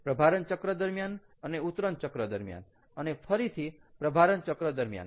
પ્રભારણ ચક્ર દરમ્યાન અને ઉતરણ ચક્ર દરમ્યાન અને ફરીથી પ્રભારણ ચક્ર દરમિયાન